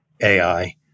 AI